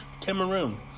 Cameroon